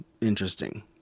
interesting